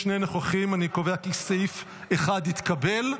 אני קובע כי סעיף 1 התקבל.